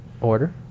Order